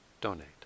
donate